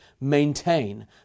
maintain